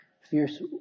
fierce